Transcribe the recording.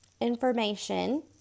information